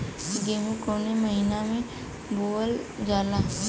गेहूँ कवने महीना में बोवल जाला?